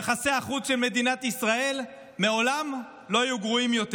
יחסי החוץ של מדינת ישראל מעולם לא היו גרועים יותר,